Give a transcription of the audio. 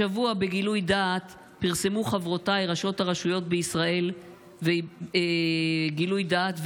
השבוע פרסמו חברותיי ראשות הרשויות בישראל גילוי דעת,